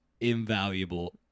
invaluable